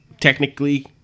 technically